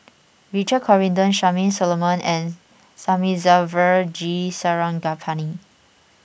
Richard Corridon Charmaine Solomon and Thamizhavel G Sarangapani